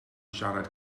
siarad